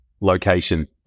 location